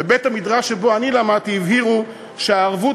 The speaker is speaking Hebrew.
בבית-המדרש שבו אני למדתי הבהירו שהערבות